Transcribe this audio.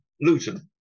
Luton